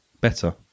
Better